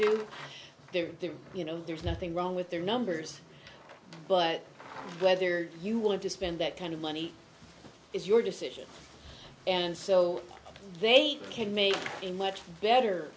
do their thing you know there's nothing wrong with their numbers but whether you want to spend that kind of money is your decision and so they can make a much better